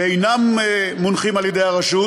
שאינם מונחים על-ידי הרשות